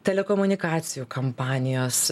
telekomunikacijų kampanijos